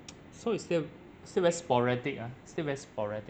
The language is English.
so it's the still still very sporadic ah still very sporadic